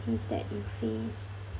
please state you face